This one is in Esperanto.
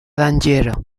danĝero